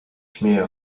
śmieje